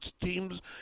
teams